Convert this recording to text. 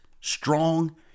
strong